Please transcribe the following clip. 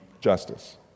justice